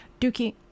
Dookie